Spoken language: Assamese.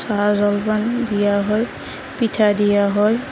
চাহ জলপান দিয়া হয় পিঠা দিয়া হয়